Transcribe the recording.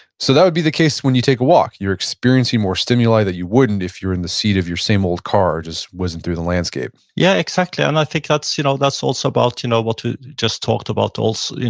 so that would be the case when you take a walk. you're experiencing more stimuli that you wouldn't if you're in the seat of your same old car just whizzing through the landscape yeah, exactly. and i think that's you know that's also about you know what you just talked about also,